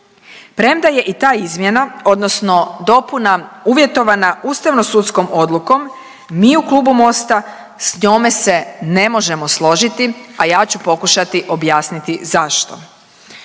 Premda je i ta izmjena, odnosno dopuna uvjetovana ustavno-sudskom odlukom mi u klubu Mosta sa njome se ne možemo složiti, a ja ću pokušati objasniti zašto.